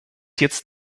jetzt